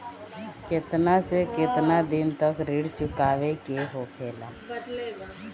केतना से केतना दिन तक ऋण चुकावे के होखेला?